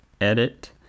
edit